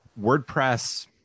WordPress